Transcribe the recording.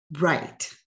right